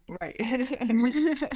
Right